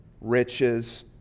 riches